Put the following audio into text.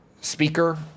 speaker